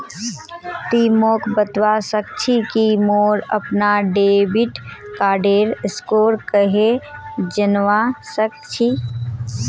ति मोक बतवा सक छी कि मोर अपनार डेबिट कार्डेर स्कोर कँहे जनवा सक छी